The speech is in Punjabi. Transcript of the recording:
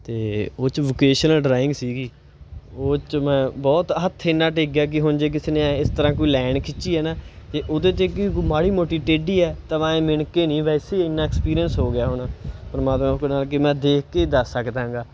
ਅਤੇ ਉਹ 'ਚ ਵੋਕੇਸ਼ਨਲ ਡਰਾਇੰਗ ਸੀਗੀ ਉਹ 'ਚ ਮੈਂ ਬਹੁਤ ਹੱਥ ਇੰਨਾ ਟਿੱਕ ਗਿਆ ਕਿ ਹੁਣ ਜੇ ਕਿਸੇ ਨੇ ਇਸ ਤਰ੍ਹਾਂ ਕੋਈ ਲਾਈਨ ਖਿੱਚੀ ਹੈ ਨਾ ਤਾਂ ਉਹਦੇ 'ਚ ਕਿ ਮਾੜੀ ਮੋਟੀ ਟੇਢੀ ਹੈ ਤਾਂ ਮੈਂ ਮਿਣ ਕੇ ਨਹੀਂ ਵੈਸੇ ਇੰਨਾ ਐਕਸਪੀਰੀਅੰਸ ਹੋ ਗਿਆ ਹੁਣ ਪਰਮਾਤਮਾ ਕਿ ਮੈਂ ਦੇਖ ਕੇ ਦੱਸ ਸਕਦਾ ਹੈਗਾ